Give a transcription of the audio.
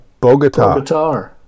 Bogota